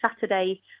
Saturday